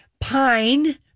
Pine